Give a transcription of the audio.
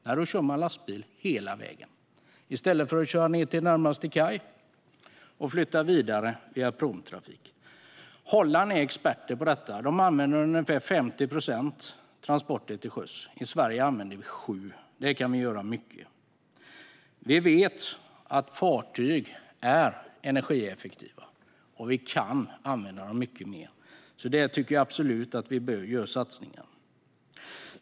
Nej, man kör med lastbil hela vägen i stället för att köra till närmaste kaj och flytta vidare via pråmtrafik. I Holland är de experter på detta. Ungefär 50 procent av transporterna sker till sjöss. I Sverige är det 7. Där kan vi göra mycket. Vi vet att fartyg är energieffektiva, och vi kan använda dem mycket mer. Där tycker jag absolut att vi bör göra satsningar.